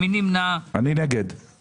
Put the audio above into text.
147 אלפי ₪ משנת התקציב 21' לשנת התקציב 22' בהתאם